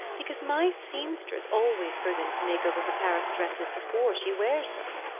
because my seamstress always goes in to make over her paris dresses before she wears them.